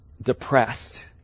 depressed